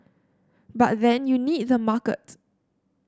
but then you need the market